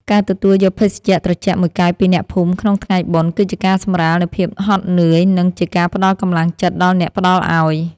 ការទទួលយកភេសជ្ជៈត្រជាក់មួយកែវពីអ្នកភូមិក្នុងថ្ងៃបុណ្យ គឺជាការសម្រាលនូវភាពហត់នឿយ និងជាការផ្តល់កម្លាំងចិត្តដល់អ្នកផ្តល់ឱ្យ។